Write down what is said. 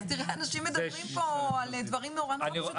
אנשים מדברים פה על דברים נורא פשוטים.